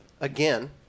again